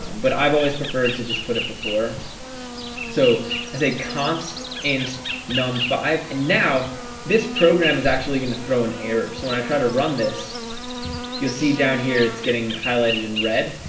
but i've always preferred to just put it before so i say const int num five and now this program is actually gonna throw an error. so when i try to run this you'll see down here. it's getting highlighted in red.